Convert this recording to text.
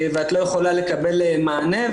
את לא יכולה לקבל מענה.